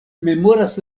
memoras